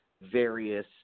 various